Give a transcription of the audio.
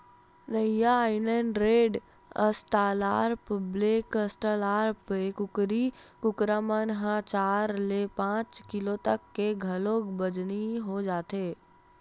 रद्दा island red, Australorp, black Australorp, ए कुकरी कुकरा मन ह चार ले पांच किलो तक के घलोक बजनी हो जाथे